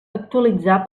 actualitzar